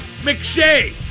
mcshay